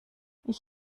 ich